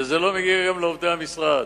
וזה לא מגיע גם לעובדי המשרד.